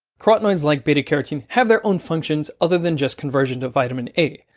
carotenoids like beta-carotene have their own functions other than just conversion to vitamin a,